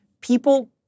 people